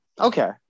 Okay